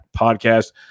podcast